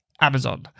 Amazon